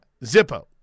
Zippo